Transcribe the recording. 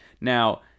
Now